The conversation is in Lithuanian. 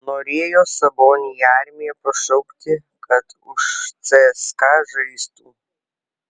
norėjo sabonį į armiją pašaukti kad už cska žaistų